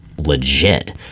legit